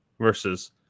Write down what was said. versus